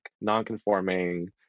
non-conforming